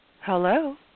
Hello